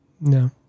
No